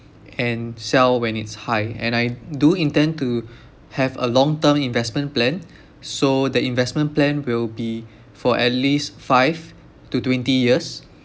and sell when it's high and I do intend to have a long term investment plan so the investment plan will be for at least five to twenty years